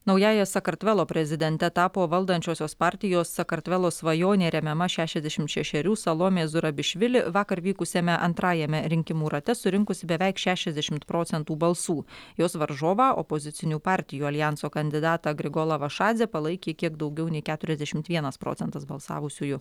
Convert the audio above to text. naująja sakartvelo prezidente tapo valdančiosios partijos sakartvelo svajonė remiama šešiasdešimt šešerių salomė zurabišvili vakar vykusiame antrajame rinkimų rate surinkusi beveik šešiasdešimt procentų balsų jos varžovą opozicinių partijų aljanso kandidatą grigolą vašadzę palaikė kiek daugiau nei keturiasdešimt vienas procentas balsavusiųjų